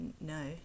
no